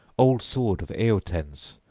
old-sword of eotens,